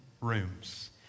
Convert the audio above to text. rooms